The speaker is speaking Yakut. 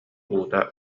уута